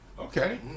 Okay